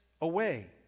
away